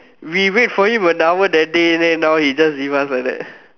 we wait for you one hour that day then now he just leave us like that